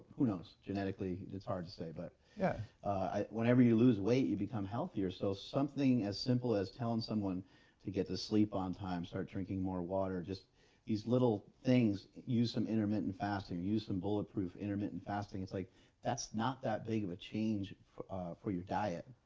who knows? genetically it's hard to say. but yeah whenever you lose weight you become healthier, so something as simple as telling someone to get to sleep on time, start drinking more water, just these little things, use some intermittent fasting, use some bulletproof intermittent fasting, it's like that's not that big of a change for for your diet,